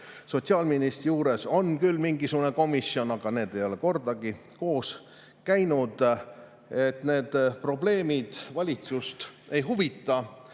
Sotsiaalministri juures on küll mingisugune komisjon, aga see ei ole kordagi koos käinud. Need probleemid valitsust ei huvita.